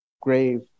grave